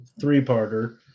three-parter